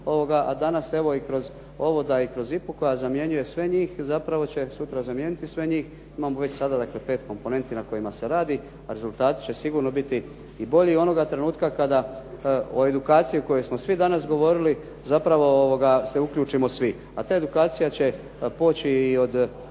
a danas evo i kroz ovo da je i kroz IPA-u koja zamjenjuje sve njih zapravo će sutra zamijeniti sve njih. Imamo već sada dakle 5 komponenti na kojima se radi, a rezultati će sigurno biti i bolji onoga trenutka kada o edukaciji o kojoj smo svi danas govorili zapravo se uključimo svi. A ta edukacija će poći i od